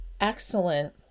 excellent